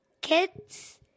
kids